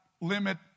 Limit